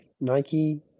Nike